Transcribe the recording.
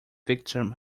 victim